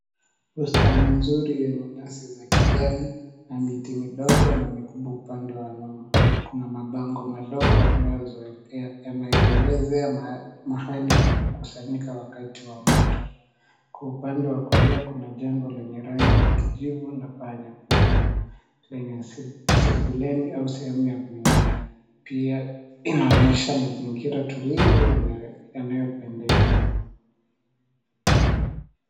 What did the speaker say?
Bustani nzuri yenye nyasi za kijani na miti midogo na mikubwa upande wa nyuma. Kuna mabango madogo yanayoelezea mahali pa kukusanyika wakati wa moto. Kwa upande wa kulia kuna jengo lenye rangi ya kijivu na paa nyekundu lenye sebuleni au sehemu ya kuingia. Pia inaonyesha mazingira tulivu yanayopendeza.